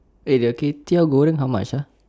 eh the kway teow goreng how much ah